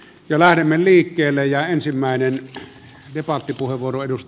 me lähdemme debattia käymään